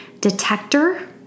detector